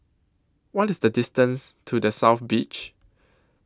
What IS The distance to The South Beach